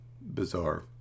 bizarre